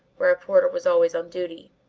where a porter was always on duty.